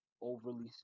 overly